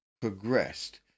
progressed